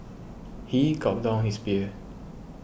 he gulped down his beer